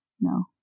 No